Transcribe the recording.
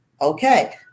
okay